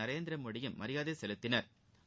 நரேந்திர மோடியும் மரியாதை செலுத்தினா்